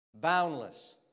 Boundless